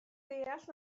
deall